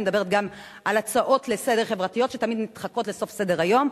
אני מדברת גם על הצעות לסדר-היום חברתיות שתמיד נדחקות לסוף סדר-היום.